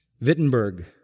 Wittenberg